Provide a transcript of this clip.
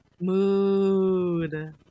Mood